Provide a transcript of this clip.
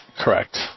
Correct